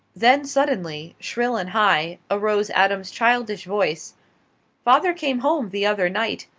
then suddenly, shrill and high, arose adam's childish voice father came home the other night,